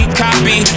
copy